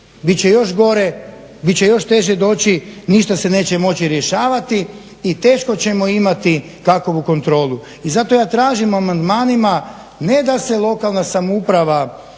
Bit će još gore, bit će još teže doći, ništa se neće moći rješavati i teško ćemo imati kakvu kontrolu. I zato ja tražim amandmanima ne da se lokalna samouprava